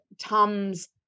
Tom's